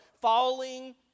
falling